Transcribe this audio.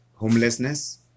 Homelessness